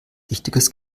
richtiges